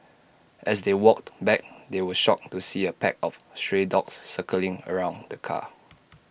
as they walked back they were shocked to see A pack of stray dogs circling around the car